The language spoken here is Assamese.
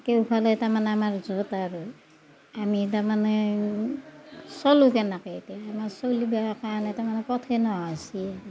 কেওঁফালে তাৰমানে আমাৰ ওচৰতে আৰু আমি তাৰমানে চলোঁ তেনেকৈ এতিয়া আমাৰ চলিবাৰ কাৰণে তাৰমানে কঠিন হোৱা হৈছে